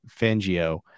Fangio